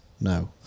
no